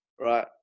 Right